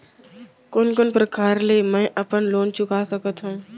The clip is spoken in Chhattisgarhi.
कोन कोन प्रकार ले मैं अपन लोन चुका सकत हँव?